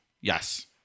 yes